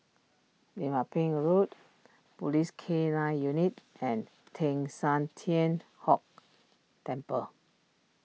Lim Ah Pin Road Police K nine Unit and Teng San Tian Hock Temple